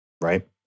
Right